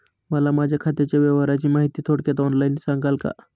मला माझ्या खात्याच्या व्यवहाराची माहिती थोडक्यात ऑनलाईन सांगाल का?